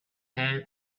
hand